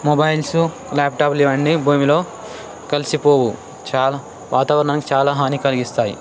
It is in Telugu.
మొబైల్స్ ల్యాప్టాప్లు ఇవన్నీ భూమిలో కలిసిపోవు చాలా వాతావరణానికి చాలా హాని కలిగిస్తాయి